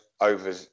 over